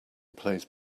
plays